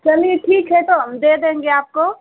चलिए ठीक है तो हम दे देंगे आपको